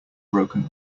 broken